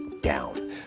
down